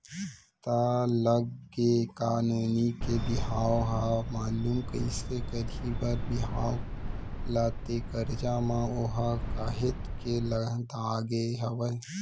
त लग गे का नोनी के बिहाव ह मगलू कइसे करही बर बिहाव ला ते करजा म ओहा काहेच के लदागे हवय